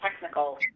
technical